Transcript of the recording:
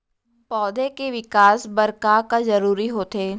पौधे के विकास बर का का जरूरी होथे?